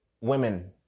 women